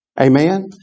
Amen